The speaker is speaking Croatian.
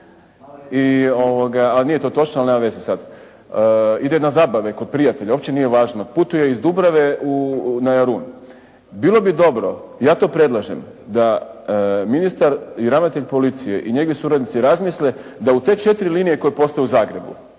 A nije to točno, ali nema veze sada, ide na zabave kod prijatelja, opće nije važno, putuje iz Dubrave na Jarun, bilo bi dobro ja to predlažem da ministar i ravnatelj policije i njeni suradnici razmisle da u te 4 linije koje postoje u Zagrebu,